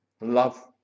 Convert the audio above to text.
love